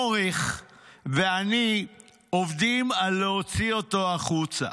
אוריך ואני עובדים על להוציא אותו החוצה.